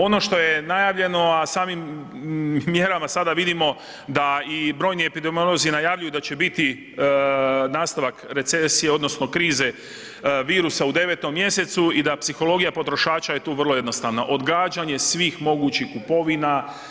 Ono što je najavljeno, a samim mjerama sada vidimo da brojni epidemiolozi najavljuju da će biti nastavak recesije odnosno krize virusa u 9.mjesecu i da psihologija potrošača je tu vrlo jednostavna, odgađanje svih mogućih kupovima.